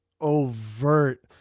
overt